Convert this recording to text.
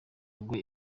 rugo